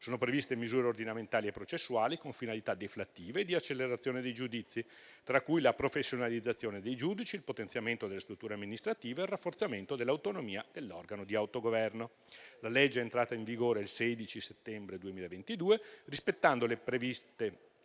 Sono previste misure ordinamentali e processuali con finalità deflattive e di accelerazione dei giudizi, tra cui la professionalizzazione dei giudici, il potenziamento delle strutture amministrative e il rafforzamento dell'autonomia dell'organo di autogoverno. La legge è entrata in vigore il 16 settembre 2022, rispettando le previste